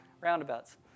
Roundabouts